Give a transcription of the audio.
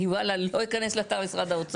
אני לא אכנס לאתר משרד האוצר.